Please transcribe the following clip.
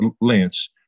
Lance